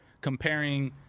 comparing